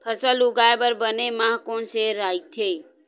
फसल उगाये बर बने माह कोन से राइथे?